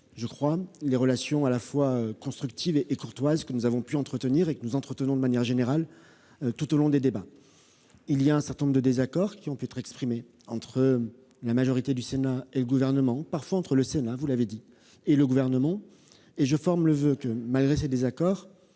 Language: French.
pour les relations à la fois constructives et courtoises que nous avons pu entretenir, et que nous entretenons de manière générale tout au long des débats. Certains désaccords ont pu être exprimés entre la majorité du Sénat et le Gouvernement, parfois entre le Sénat- vous l'avez dit -et le Gouvernement. Je forme le voeu que, malgré ces désaccords,